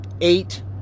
eight